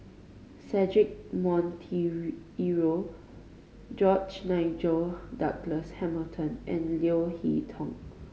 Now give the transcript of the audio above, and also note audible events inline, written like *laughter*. Cedric *unintelligible* George Nigel Douglas Hamilton and Leo Hee Tong